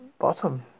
bottom